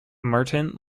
martin